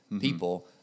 people